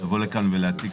נתחיל כרגע דיון על הצו השני,